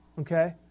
okay